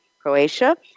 Croatia